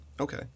Okay